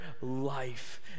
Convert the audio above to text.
life